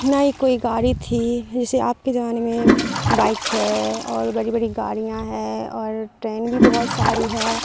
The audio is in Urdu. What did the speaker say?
نہ ہی کوئی گاڑی تھی جیسے آپ کے زمانے میں بائک ہے اور بڑی بڑی گاڑیاں ہے اور ٹرین بھی بہت ساری ہے